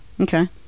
Okay